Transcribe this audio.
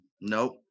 nope